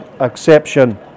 exception